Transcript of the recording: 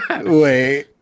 wait